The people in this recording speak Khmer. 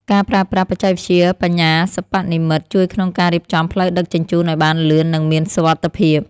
ការប្រើប្រាស់បច្ចេកវិទ្យាបញ្ញាសិប្បនិម្មិតជួយក្នុងការរៀបចំផ្លូវដឹកជញ្ជូនឱ្យបានលឿន និងមានសុវត្ថិភាព។